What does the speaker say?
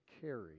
carry